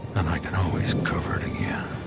and i can always cover it again.